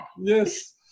Yes